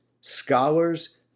scholars